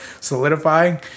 Solidifying